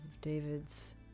David's